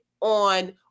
on